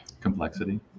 complexity